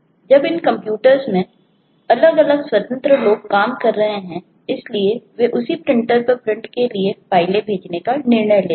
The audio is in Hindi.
अब इन कंप्यूटरों में अलग अलग स्वतंत्र लोग काम कर रहे हैं इसलिए वे उसी प्रिंटर पर प्रिंट के लिए फाइलें भेजने का निर्णय लेते हैं